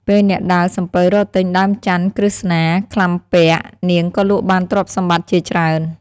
ពេលអ្នកដើរសំពៅរកទិញដើមច័ន្ទន៍ក្រឹស្នា ក្លាំពាក់ នាងក៏លក់បានទ្រព្យសម្បត្តិជាច្រើន។